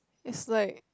is like